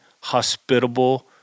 hospitable